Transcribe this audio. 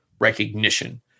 recognition